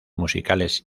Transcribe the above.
musicales